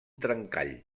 trencall